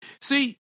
See